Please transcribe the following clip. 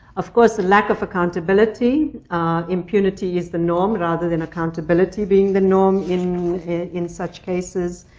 of course, the lack of accountability impunity is the norm, rather than accountability being the norm in in such cases.